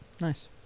Nice